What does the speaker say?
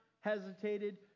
hesitated